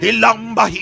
Ilamba